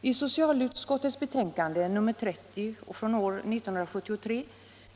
I socialutskottets betänkande nr 30 år 1973